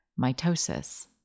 Mitosis